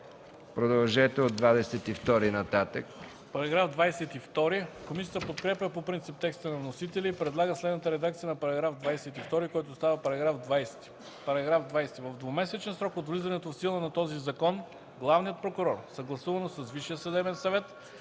Продължете с § 22 и нататък. ДОКЛАДЧИК ЧЕТИН КАЗАК: Комисията подкрепя по принцип текста на вносителя и предлага следната редакция на § 22, който става § 20: „§ 20. В двумесечен срок от влизането в сила на този закон главният прокурор, съгласувано с Висшия съдебен съвет,